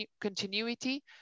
continuity